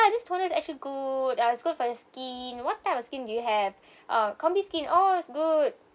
this toner is actually good ya it's good for your skin what type of skin do you have uh combi skin oh it's good